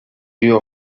you